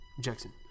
Jackson